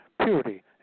purity